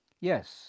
Yes